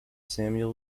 samuel